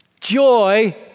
joy